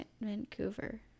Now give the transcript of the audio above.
Vancouver